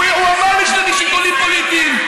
הוא אמר לי שזה משיקולים פוליטיים.